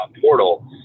portal